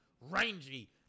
rangy